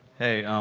hey,